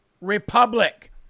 republic